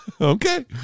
Okay